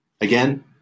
Again